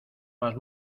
más